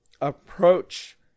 approach